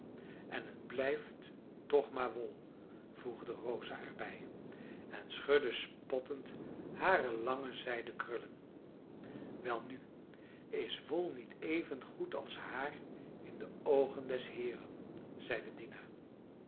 en het blijft toch maar wol voegde rosa er bij en schudde spottend hare lange zijden krullen welnu is wol niet evengoed als haar in de oogen des heeren zeide dina